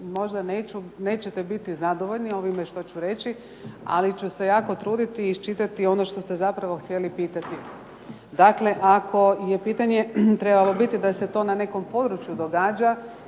možda nećete biti zadovoljni ovime što ću reći, ali ću se jako truditi iščitati ono što ste zapravo htjeli pitati. Dakle, ako je pitanje trebalo biti da se to na nekom području događa,